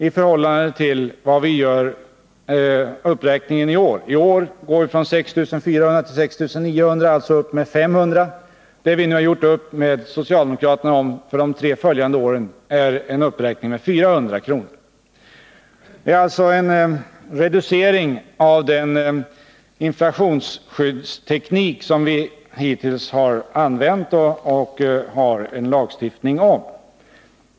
i förhållande till uppräkningen i år. I år går vi från 6 400 till 6 900 kr., alltså en uppräkning med 500 kr. Vår uppgörelse med socialdemokraterna innebär en uppräkning med 400 kr. för de tre följande åren. Det är alltså en reducering av den inflationsskyddsteknik som vi hittills har använt och som vi har en lagstiftning om.